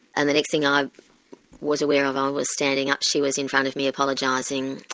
and the next thing i was aware of, i was standing up, she was in front of me, apologising,